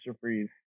freeze